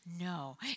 no